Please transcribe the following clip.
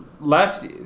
last